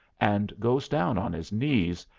and goes down on his knees,